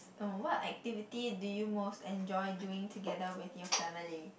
oh what activity do you most enjoy doing together with your family